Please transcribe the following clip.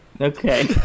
Okay